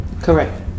correct